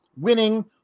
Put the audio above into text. winning